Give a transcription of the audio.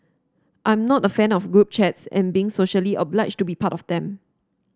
I'm not a fan of group chats and being socially obliged to be part of them